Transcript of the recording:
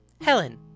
Helen